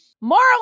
moral